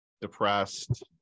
depressed